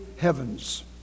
heavens